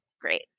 great